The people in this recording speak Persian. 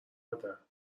مادر